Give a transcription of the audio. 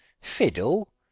Fiddle